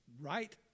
right